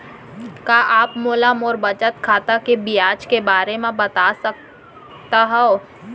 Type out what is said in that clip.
का आप मोला मोर बचत खाता के ब्याज के बारे म बता सकता हव?